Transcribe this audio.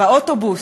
באוטובוס,